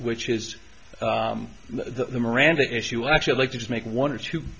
which is the miranda issue i actually like to just make one or two